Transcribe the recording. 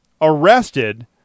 arrested